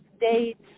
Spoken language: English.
dates